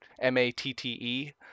m-a-t-t-e